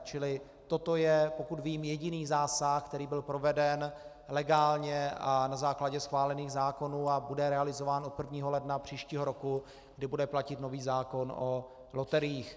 Čili toto je, pokud vím, jediný zásah, který byl proveden legálně a na základě schválených zákonů a bude realizován od 1. ledna příštího roku, kdy bude platit nový zákon o loteriích.